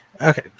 Okay